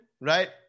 right